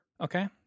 Okay